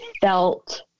felt